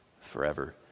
forever